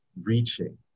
reaching